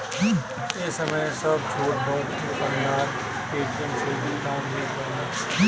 ए समय सब छोट बड़ दुकानदार पेटीएम से भुगतान लेत बाने